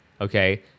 okay